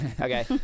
okay